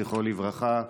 זכרו לברכה.